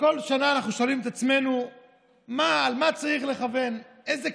בכל שנה אנחנו שואלים את עצמנו למה צריך לכוון איזו